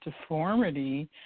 deformity